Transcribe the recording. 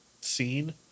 scene